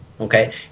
Okay